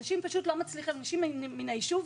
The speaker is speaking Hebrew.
אנשים מן היישוב,